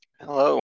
Hello